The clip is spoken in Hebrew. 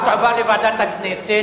בוועדת הפנים.